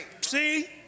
See